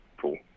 cool